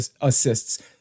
assists